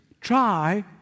Try